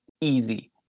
easy